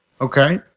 Okay